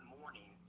morning